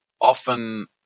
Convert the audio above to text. often